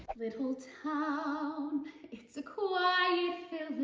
little town, and um it's a quiet